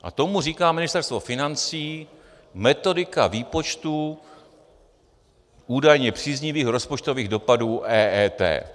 A tomu říká Ministerstvo financí metodika výpočtů údajně příznivých rozpočtových dopadů EET.